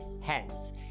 Hence